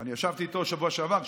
אני ישבתי איתו בשבוע שעבר.